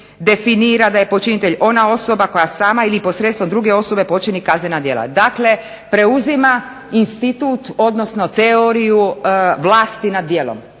definira da je počinitelj ona osoba koja sama ili posredstvom druge osobe počini kaznena djela. Dakle, preuzima institut odnosno teoriju vlasti nad djelom